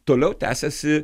toliau tęsiasi